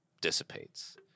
dissipates